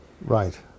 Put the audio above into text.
right